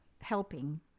helping